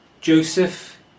Joseph